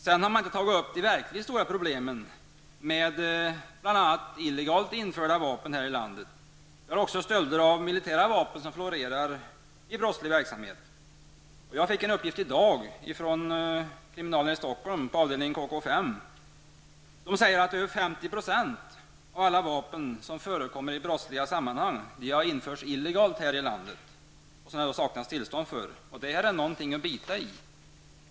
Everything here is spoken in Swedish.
Man har inte tagit upp de verkligt stora problemen med bl.a. vapen, som förs in i landet illegalt. Det har också varit stölder av militära vapen som florerar i brottslig verksamhet. Jag fick i dag en uppgift från avdelningen KK 5 på kriminalen här i Stockholm om att mer än 50 % av alla vapen som förekommer i brottsliga sammanhang införs illegalt i landet, och det saknas tillstånd för dem. Detta är någonting att bita i.